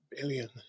billion